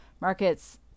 markets